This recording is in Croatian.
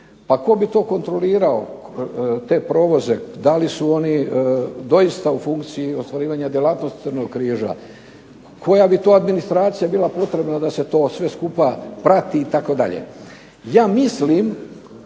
pa tko bi to kontrolirao te provoze da li su oni doista u funkciji ostvarivanja djelatnosti Crvenog križa, koja bi to administracija bila potrebna da se to sve skupa prati itd. Ja mislim